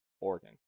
Oregon